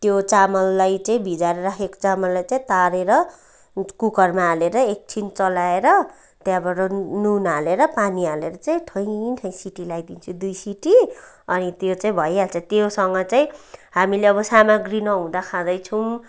त्यो चामललाई चाहिँ भिजाएर राखेको चामललाई चाहिँ तारेर कुकरमा हालेर एकछिन चलाएर त्यहाँबाट नुन हालेर पानी हालेर चाहिँ ठैँ ठैंँ सिटी लाइदिन्छु दुई सिटी अनि त्यो चाहिँ भइहाल्छ त्योसँग चाहिँ हामीले अब सामाग्री नहुँदा खाँदैछौँ